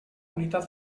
unitat